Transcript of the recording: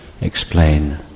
explain